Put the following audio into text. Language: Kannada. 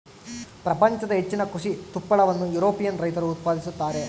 ಪ್ರಪಂಚದ ಹೆಚ್ಚಿನ ಕೃಷಿ ತುಪ್ಪಳವನ್ನು ಯುರೋಪಿಯನ್ ರೈತರು ಉತ್ಪಾದಿಸುತ್ತಾರೆ